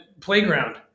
playground